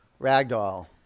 Ragdoll